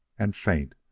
and faint,